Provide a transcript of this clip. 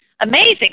Amazing